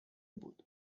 بود